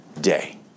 day